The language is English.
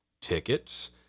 tickets